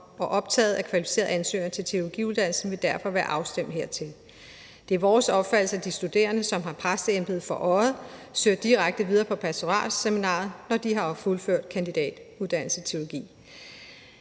og optaget af kvalificerede ansøgere til teologiuddannelsen vil derfor være afstemt hertil. Det er vores opfattelse, at studerende, der har præsteembedet for øje, søger direkte videre på pastoralseminariet, når de har fuldført kandidatuddannelsen i teologi.